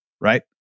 right